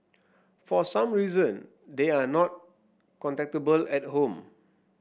for some reason they are not contactable at home